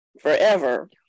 forever